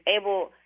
able